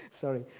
Sorry